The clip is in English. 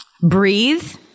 breathe